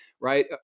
right